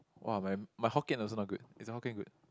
!wah! my my Hokkien also not good is your Hokkien good